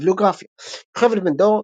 ביבליוגרפיה יוכבד בן-דור.